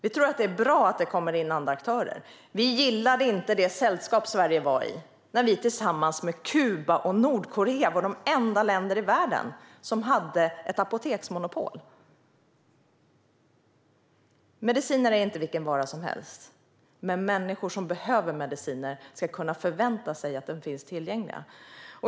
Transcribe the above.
Vi tror att det är bra att det kommer in andra aktörer. Vi gillade inte det sällskap som Sverige var i när Sverige, Kuba och Nordkorea var de enda länder i världen som hade ett apoteksmonopol. Mediciner är inte vilka varor som helst, men människor som behöver mediciner ska kunna förvänta sig att de finns tillgängliga.